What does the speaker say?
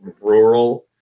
rural